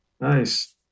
Nice